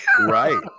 right